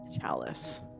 chalice